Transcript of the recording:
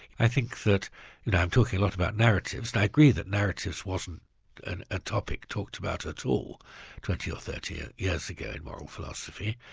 i think that i'm talking a lot about narratives i agree that narratives wasn't and a topic talked about at all twenty or thirty years ago in moral philosophy,